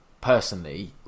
personally